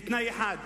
בתנאי אחד,